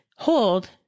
hold